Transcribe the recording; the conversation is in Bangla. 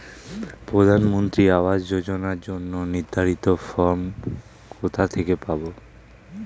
প্রধানমন্ত্রী আবাস যোজনার জন্য নির্ধারিত ফরম কোথা থেকে পাব?